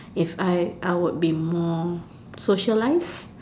if I I would be more socialize